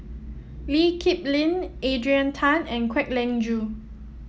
Lee Kip Lin Adrian Tan and Kwek Leng Joo